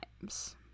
times